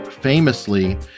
famously